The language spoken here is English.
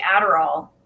Adderall